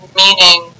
meaning